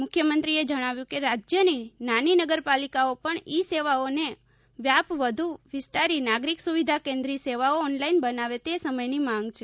મુખ્યમંત્રીએ જણાવ્યું કે રાજ્યની નાની નગરપાલિકાઓ પણ ઈ સેવાઓનો વ્યાપ વધુ વિસ્તારી નાગરિક સુવિધા કેન્દ્રી સેવાઓ ઓનલાઇન બનાવે તે સમયની માંગ છે